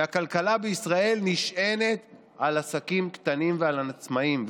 מהכלכלה בישראל נשען על עסקים קטנים ועל עצמאים.